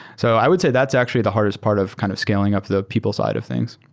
so i would say that's actually the hardest part of kind of scaling up the people side of things